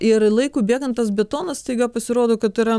ir laikui bėgant tas betonas staiga pasirodo kad yra